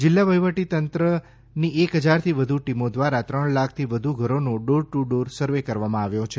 જિલ્લા વહીવટીતંત્રની એક હજારથી વધુ ટીમો દ્વારા ત્રણ લાખથી વધુ ઘરોનો ડોર ટુ ડોર સર્વે કરવામાં આવ્યો છે